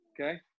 Okay